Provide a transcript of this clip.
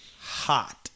hot